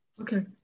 Okay